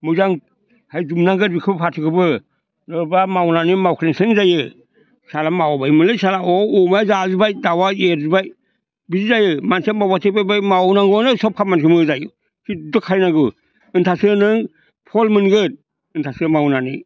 मोजांहाय दुमनांगोन बेखो फाथैखोबो नङाब्ला मावनानै मावख्लेंसें जायो साला मावबायमोनलै सालाखौ ह' अमाया जाजोब्बाय दाउआ एरजोब्बाय बिदि जायो मानसिया मावब्लाथाय मावबाय मावनांगौआनो सब खामानिखौ मोजाङै हिदद' खायनांगो होनब्लासोनों फल मोनगोन होनब्लासो मावनानै